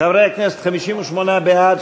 עמר בר-לב,